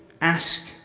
ask